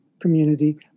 community